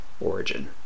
origin